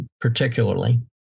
particularly